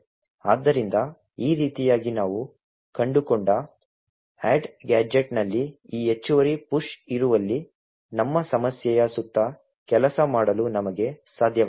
ಆದ್ದರಿಂದ ಈ ರೀತಿಯಾಗಿ ನಾವು ಕಂಡುಕೊಂಡ ಆ ಗ್ಯಾಜೆಟ್ನಲ್ಲಿ ಈ ಹೆಚ್ಚುವರಿ ಪುಶ್ ಇರುವಲ್ಲಿ ನಮ್ಮ ಸಮಸ್ಯೆಯ ಸುತ್ತ ಕೆಲಸ ಮಾಡಲು ನಮಗೆ ಸಾಧ್ಯವಾಗಿದೆ